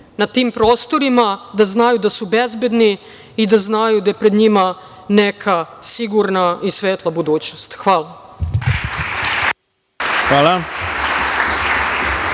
na tim prostorima, da znaju da su bezbedni i da znaju da je pred njima neka sigurna i svetla budućnost. Hvala. **Ivica